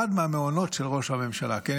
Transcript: אחד מהמעונות של ראש הממשלה, כן?